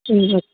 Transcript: ಹ್ಞೂ